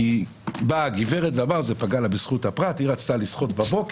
כי זה מה שהוא אמר.